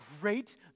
great